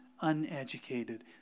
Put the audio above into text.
uneducated